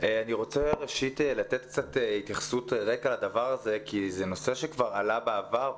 אני רוצה לתת איזושהי התייחסות רקע לדבר הזה כי זה נושא שכבר עלה בעבר,